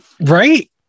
right